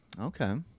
Okay